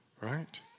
Right